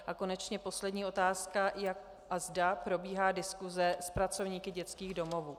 A konečně poslední otázka, jak a zda probíhá diskuse s pracovníky dětských domovů.